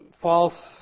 false